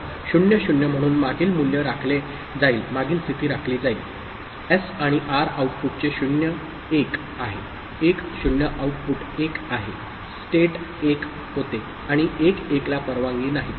तर 0 0 म्हणून मागील मूल्य राखले जाईल मागील स्थिती राखली जाईल एस आणि आर आउटपुटचे 0 1 आहे 1 0 आउटपुट 1 आहे स्टेट 1 होते आणि 1 1 ला परवानगी नाही